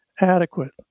adequate